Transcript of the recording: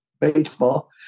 baseball